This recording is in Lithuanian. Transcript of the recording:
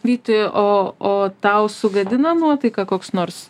vyti o o tau sugadina nuotaiką koks nors